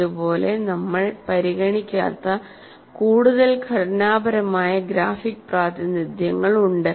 ഇതുപോലെ നമ്മൾ പരിഗണിക്കാത്ത കൂടുതൽ ഘടനാപരമായ ഗ്രാഫിക് പ്രാതിനിധ്യങ്ങളുണ്ട്